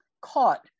caught